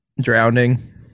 Drowning